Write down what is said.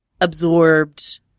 absorbed